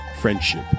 Friendship